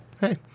hey